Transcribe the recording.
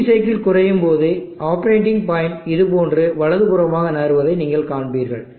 duty cycle குறையும் போது operating point இதுபோன்று வலதுபுறமாக நகர்வதை நீங்கள் காண்பீர்கள்